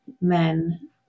men